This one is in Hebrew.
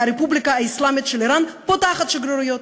הרפובליקה האסלאמית של איראן פותחת שגרירויות,